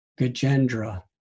Gajendra